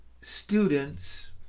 students